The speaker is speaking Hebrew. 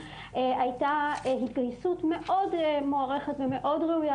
היתה התגייסות מאוד מוערכת ומאוד ראוייה